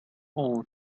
all